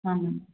ஆ